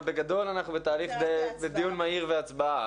אבל בגדול אנחנו בדיון מהיר והצבעה,